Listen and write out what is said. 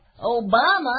Obama